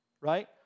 right